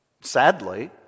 Sadly